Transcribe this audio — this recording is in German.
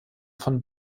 von